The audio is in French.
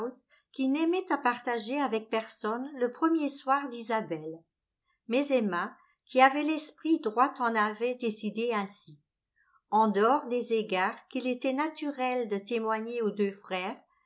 qui n'aimait à partager avec personne le premier soir d'isabelle mais emma qui avait l'esprit droit en avait décidé ainsi en dehors des égards qu'il était naturel de témoigner aux deux frères